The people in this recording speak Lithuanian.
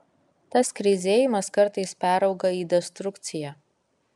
tas kreizėjimas kartais perauga į destrukciją